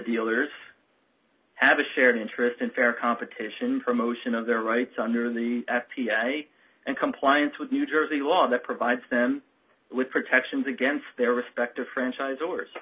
dealers have a shared interest in fair competition promotion of their rights under the p f a and compliance with new jersey law that provides them with protections against their respective franchise